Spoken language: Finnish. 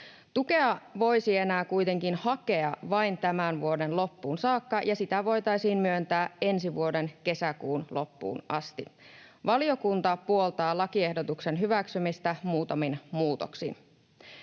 Tukea voisi enää kuitenkin hakea vain tämän vuoden loppuun saakka, ja sitä voitaisiin myöntää ensi vuoden kesäkuun loppuun asti. Valiokunta puoltaa lakiehdotuksen hyväksymistä muutamin muutoksin.